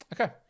Okay